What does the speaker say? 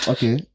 Okay